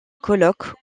colloques